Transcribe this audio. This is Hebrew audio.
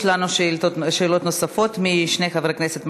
יש לנו שאלות נוספות משני חברי כנסת,